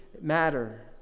matter